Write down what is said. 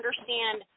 understand